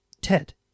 Ted